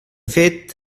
fet